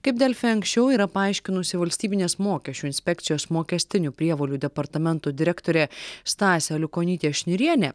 kaip delfi anksčiau yra paaiškinusi valstybinės mokesčių inspekcijos mokestinių prievolių departamento direktorė stasė aliukonytė šnirienė